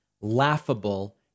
laughable